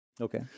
Okay